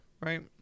right